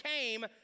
came